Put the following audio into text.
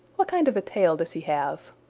what kind of a tail does he have?